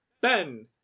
Ben